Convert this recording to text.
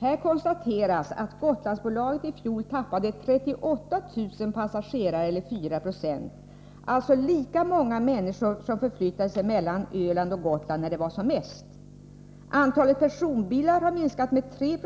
Här konstateras att Gotlandsbolaget i fjol tappade 38 000 passagerare eller 4 Jo, alltså lika många människor som förflyttade sig mellan Öland och Gotland när det var som mest. Antalet personbilar minskade med 3